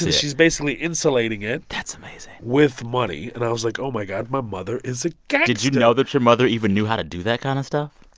she's basically insulating it. that's amazing. with money. and i was like, oh, my god. my mother is a gangster did you know that your mother even knew how to do that kind of stuff?